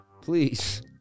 please